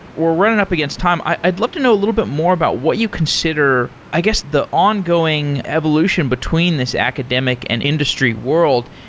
we're running up against time. i'd love to know a little bit more about what you consider, i guess, the ongoing evolution between this academic and industry world.